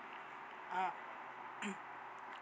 ah